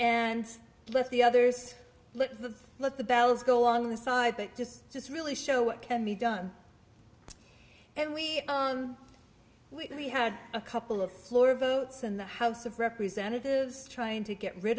and let the others let the let the bells go alongside that just just really show what can be done and we we had a couple of floor votes in the house of representatives trying to get rid